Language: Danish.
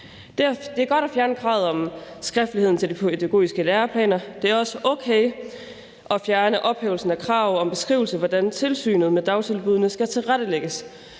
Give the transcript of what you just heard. Det er godt at fjerne kravet om skriftlighed i de pædagogiske læreplaner. Det er også okay at fjerne ophævelsen af krav om beskrivelse af, hvordan tilsynet med dagtilbuddene skal tilrettelægges.